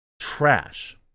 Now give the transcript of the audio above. Trash